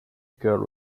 girl